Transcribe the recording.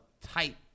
type